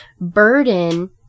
burden